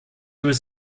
was